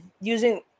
using